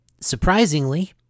surprisingly